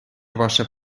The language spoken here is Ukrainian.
ваше